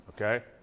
okay